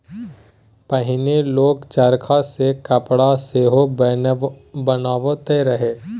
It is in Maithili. पहिने लोक चरखा सँ कपड़ा सेहो बनाबैत रहय